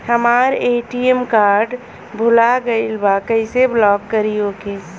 हमार ATM card भूला गईल बा कईसे ब्लॉक करी ओके?